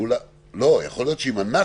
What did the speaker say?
יכול להיות, אם אנחנו